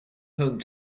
home